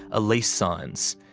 ah lease signs.